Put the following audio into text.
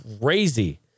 crazy